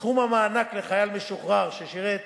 סכום המענק לחייל משוחרר ששירת